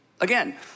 Again